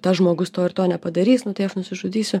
tas žmogus to ir to nepadarys nu tai aš nusižudysiu